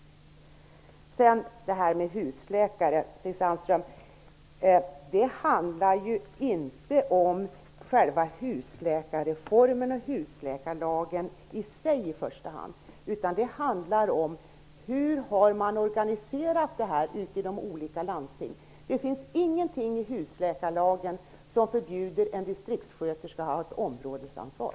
Talet om husläkare, Stig Sandström, handlar i första hand inte om själva husläkarreformen och husläkarlagen i sig, utan det handlar om hur man har organiserat detta ute i de olika landstingen. Det finns ingenting i husläkarlagen som förbjuder en distriktssköterska att ha områdesansvar.